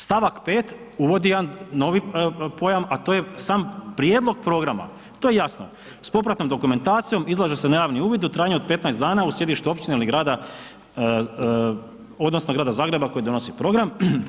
Stavak 5. uvodi jedan novi pojam, a to je sam prijedlog programa, to je jasno s popratnom dokumentacijom izlaže se na javni uvid u trajanju od 15 dana u sjedištu općine ili grada odnosno grada Zagreba koji donosi program.